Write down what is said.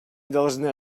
должны